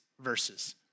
verses